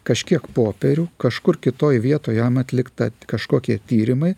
kažkiek popierių kažkur kitoje vietoj jam atlikta kažkokie tyrimai